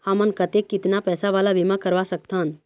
हमन कतेक कितना पैसा वाला बीमा करवा सकथन?